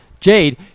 Jade